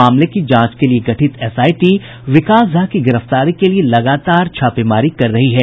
मामले की जांच के लिए गठित एसआईटी विकास झा की गिरफ्तारी के लिए लगातार छापेमारी कर रही है